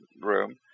room